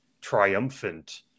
triumphant